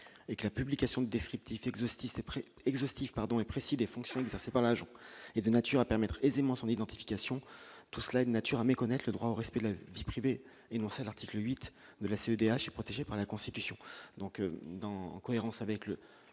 et que la publication descriptif exhaustif et près exhaustif pardon et précis des fonctions exercées par l'agent est de nature à permettre aisément son identification, tout cela est de nature à méconnaître le droit au respect de la vie privée énoncés à l'article 8 de la CEDH protégé par la Constitution, donc en encourir avec le